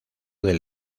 del